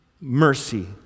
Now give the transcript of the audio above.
mercy